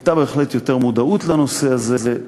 הייתה בהחלט יותר מודעות לנושא הזה,